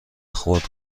خرد